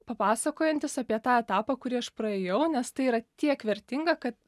papasakojantis apie tą etapą kurį aš praėjau nes tai yra tiek vertinga kad